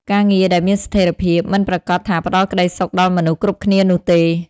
ការងារដែលមានស្ថិរភាព មិនប្រាកដថាផ្តល់ក្តីសុខដល់មនុស្សគ្រប់គ្នានោះទេ។